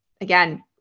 again